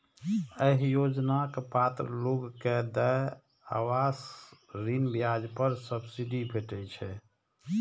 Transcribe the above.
एहि योजनाक पात्र लोग कें देय आवास ऋण ब्याज पर सब्सिडी भेटै छै